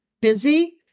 busy